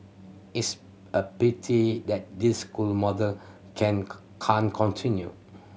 it's a pity that this school model can can't continue